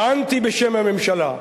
טענתי בשם הממשלה,